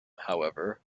however